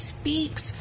speaks